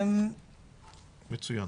מצוין.